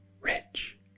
Rich